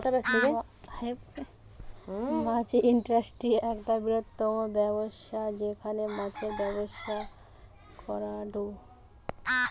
মাছ industry একটা বৃহত্তম ব্যবসা যেখানে মাছের ব্যবসা করাঢু